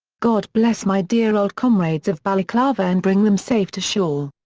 god bless my dear old comrades of balaclava and bring them safe to shore.